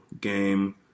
game